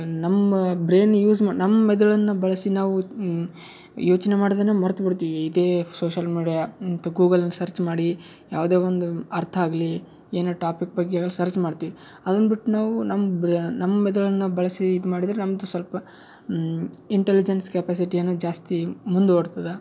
ನಮ್ಮ brain use ಮಾ ನಮ್ಮ ಮೆದುಳನ್ನು ಬಳಸಿ ನಾವು ಯೋಚನೆ ಮಾಡೋದನ್ನು ಮರ್ತು ಬಿಡ್ತೀವಿ ಇದೇ ಸೋಶಲ್ ಮೀಡ್ಯಾ ಮತ್ತು ಗೂಗಲಲ್ಲಿ ಸರ್ಚ್ ಮಾಡಿ ಯಾವುದೇ ಒಂದು ಅರ್ಥ ಆಗಲಿ ಏನು ಟಾಪಿಕ್ ಬಗ್ಗೆ ಆಗಲಿ ಸರ್ಚ್ ಮಾಡ್ತೀವಿ ಅದನ್ನು ಬಿಟ್ಟು ನಾವು ನಮ್ಮ ಬ್ ನಮ್ಮ ಮೆದುಳನ್ನು ಬಳಸಿ ಇದು ಮಾಡಿದ್ರೆ ನಮ್ದು ಸ್ವಲ್ಪ ಇಂಟೆಲಿಜೆನ್ಸ್ ಕೆಪ್ಯಾಸಿಟಿಯನ್ನು ಜಾಸ್ತಿ ಮುಂದೆ ಓಡ್ತದೆ